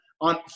on